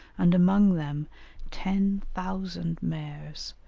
and among them ten thousand mares,